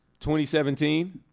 2017